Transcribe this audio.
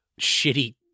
shitty